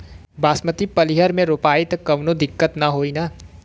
बासमती पलिहर में रोपाई त कवनो दिक्कत ना होई न?